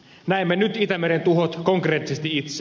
näemme nyt itämeren tuhot konkreettisesti itse